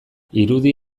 irudi